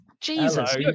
Jesus